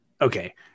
Okay